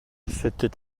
c’était